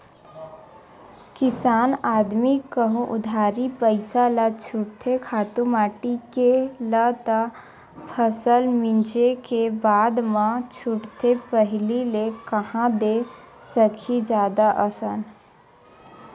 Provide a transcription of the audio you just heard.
किसान आदमी कहूँ उधारी पइसा ल छूटथे खातू माटी के ल त फसल मिंजे के बादे म छूटथे पहिली ले कांहा दे सकही जादा असन